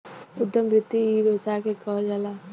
उद्यम वृत्ति इ व्यवसाय के कहल जाला